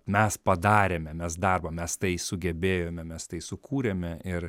mes padarėme mes darbą mes tai sugebėjome mes tai sukūrėme ir